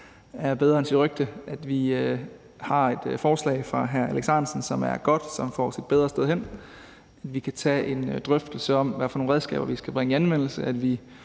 er bedre end sit rygte. Vi har et forslag fra hr. Alex Ahrendtsen, som er godt, og som får os et bedre sted hen. Vi kan tage en drøftelse om, hvad for nogle redskaber vi skal bringe i anvendelse.